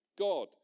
God